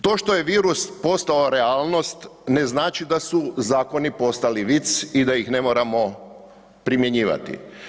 To što je virus postao realnost, ne znači da su zakoni postali vic i da ih ne moramo primjenjivati.